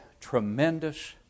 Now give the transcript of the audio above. tremendous